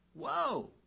Whoa